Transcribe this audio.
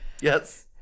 Yes